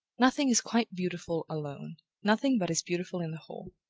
nothing is quite beautiful alone nothing but is beautiful in the whole.